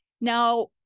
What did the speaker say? Now